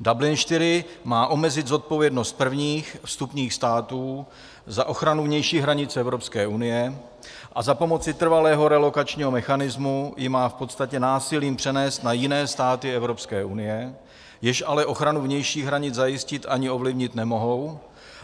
Dublin IV má omezit zodpovědnost prvních vstupních států za ochranu vnějších hranic Evropské unie a za pomoci trvalého relokačního mechanismu ji má v podstatě násilím přenést na jiné státy Evropské unie, jež ale ochranu vnějších hranic zajistit ani ovlivnit nemohou,